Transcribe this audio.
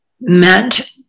meant